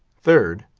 third,